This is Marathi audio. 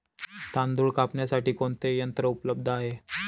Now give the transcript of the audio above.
तांदूळ कापण्यासाठी कोणते यंत्र उपलब्ध आहे?